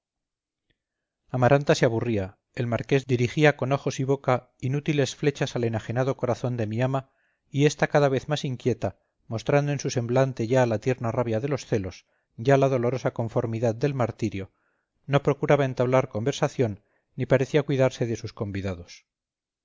amaranta se aburría el marqués dirigía con ojos y boca inútiles flechas al enajenado corazón de mi ama y ésta cada vez más inquieta mostrando en su semblante ya la interna rabia de los celos ya la dolorosa conformidad del martirio no procuraba entablar conversación ni parecía cuidarse de sus convidados